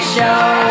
Show